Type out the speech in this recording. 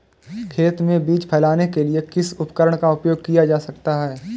खेत में बीज फैलाने के लिए किस उपकरण का उपयोग किया जा सकता है?